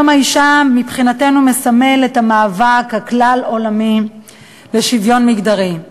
יום האישה מבחינתנו מסמל את המאבק הכלל-עולמי לשוויון מגדרי.